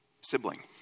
sibling